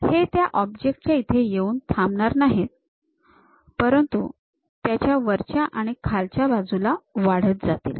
हे त्या ऑब्जेक्ट च्या इथे येऊन थांबणार नाहीत परन्तु त्याच्या वरच्या आणि खालच्या बाजूला वाढत जातील